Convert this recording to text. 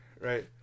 right